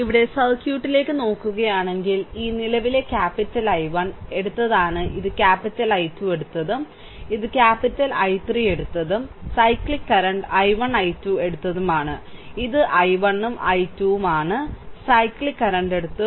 ഇവിടെ സർക്യൂട്ടിലേക്ക് നോക്കുകയാണെങ്കിൽ ഈ നിലവിലെ ക്യാപ്പിറ്റൽ I1 എടുത്തതാണ് ഇത് ക്യാപ്പിറ്റൽ I2 എടുത്തതും ഇത് ക്യാപ്പിറ്റൽ I3 എടുത്തതും സൈക്ലിക് കറന്റ് I1 I2 എടുത്തതുമാണ് ഇത് I1 ഉം ഇത് I2 ഉം ആണ് സൈക്ലിക് കറന്റ് എടുത്തു